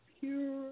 pure